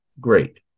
great